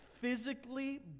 physically